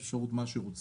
יש אפשרות מה שרוצים.